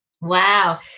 wow